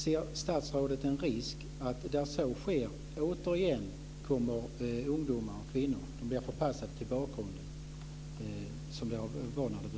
Ser statsrådet någon risk att ungdomar och kvinnor där så sker återigen blir förpassade till bakgrunden, som det ju var när det hela började?